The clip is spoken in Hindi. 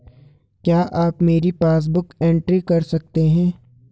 क्या आप मेरी पासबुक बुक एंट्री कर सकते हैं?